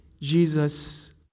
Jesus